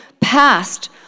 past